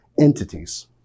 entities